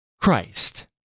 Christ